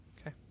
Okay